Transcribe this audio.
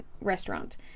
restaurant